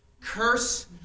curse